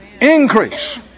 increase